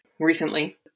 recently